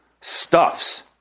Stuffs